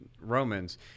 Romans